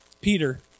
Peter